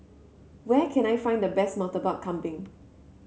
where can I find the best Murtabak Kambing